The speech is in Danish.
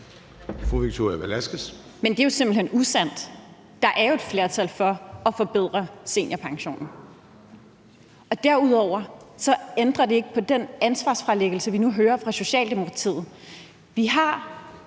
Men det er jo simpelt hen usandt. Der er jo et flertal for at forbedre seniorpensionen. Derudover ændrer det ikke på den ansvarsfralæggelse, vi nu hører fra Socialdemokratiets side.